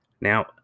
Now